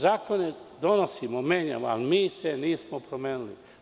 Zakone donosimo i menjamo, ali mi se nismo promenili.